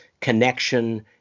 connection